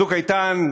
"צוק איתן",